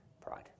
pride